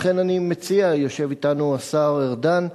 לכן, אני מציע, יושב אתנו השר ארדן,